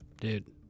dude